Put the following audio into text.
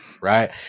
right